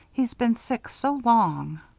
he's been sick so long.